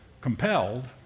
compelled